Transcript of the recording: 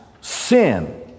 sin